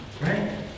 right